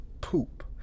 poop